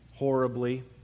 horribly